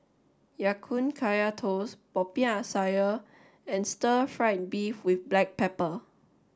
Ya Kun Kaya Toast Popiah Sayur and Stir Fried Beef with Black Pepper